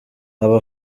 aba